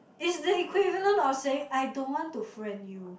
is the equivalent of saying I don't want to friend you